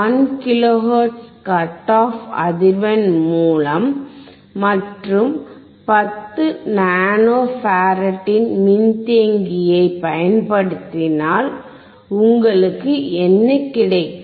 1 kilohertz cut off அதிர்வெண் மூலம் மற்றும் 10 நானோ ஃபாராட்டின் மின்தேக்கியை பயன்படுத்தினால் உங்களுக்கு என்ன கிடைக்கும்